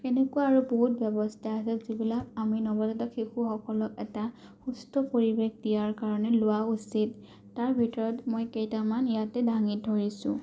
এনেকুৱা আৰু বহুত ব্যৱস্থা আছে যিবিলাক আমি নৱজাতক শিশুসকলক এটা সুস্থ পৰিৱেশ দিয়াৰ কাৰণে লোৱা উচিত তাৰ ভিতৰত কেইটামান মই ইয়াতে দাঙি ধৰিছোঁ